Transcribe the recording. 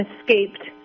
escaped